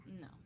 No